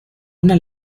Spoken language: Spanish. una